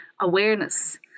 awareness